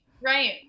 Right